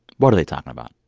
what are they talking about?